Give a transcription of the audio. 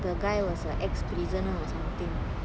the guy was a E prisoner or something